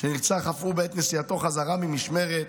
שנרצח אף הוא בעת נסיעתו חזרה ממשמרת,